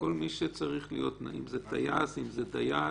כל מי שצריך להיות, אם זה טייס, אם זה דייל?